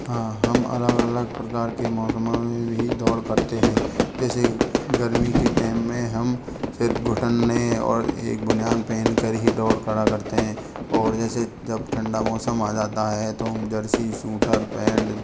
हाँ हम अलग अलग प्रकार के मौसमों में भी दौड़ करते हैं जैसे गर्मी के टाइम में हम सिर्फ़ घुटने और एक बनियान पहन कर ही दौड़ करा करते हैं और जैसे जब ठंडा मौसम आ जाता है तो हम जर्सी सूटर पेंट